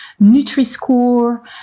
Nutri-score